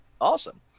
awesome